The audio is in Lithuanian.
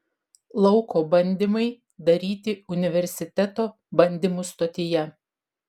lauko bandymai daryti universiteto bandymų stotyje